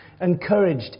encouraged